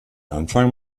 anfang